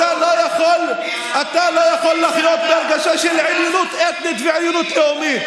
יכול לחיות בהרגשה של עליונות אתנית ועליונות לאומית.